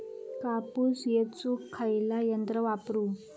कापूस येचुक खयला यंत्र वापरू?